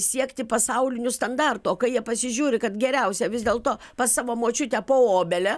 siekti pasaulinių standartų o kai jie pasižiūri kad geriausia vis dėlto pas savo močiutę po obele